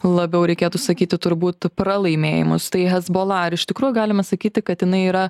labiau reikėtų sakyti turbūt pralaimėjimus tai hezbola ar iš tikrųjų galima sakyti kad jinai yra